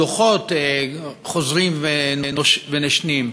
דוחות חוזרים ונשנים.